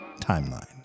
timeline